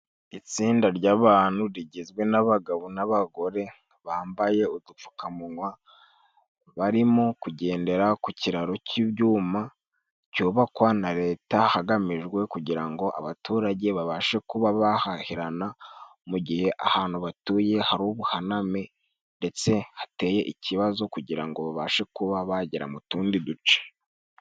Itsinda ry'abantu rigizwe n'abagabo n'abagore bambaye udupfukamunwa. Barimo kugendera ku kiraro cy'ibyuma cyubakwa na leta, hagamijwe kugira ngo abaturage babashe kuba bahahirana, mu gihe ahantu batuye hari ubuhaname. Ndetse hateye ikibazo kugira ngo babashe kuba bagera, mu tundi duce.